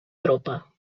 tropa